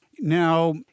Now